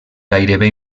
gairebé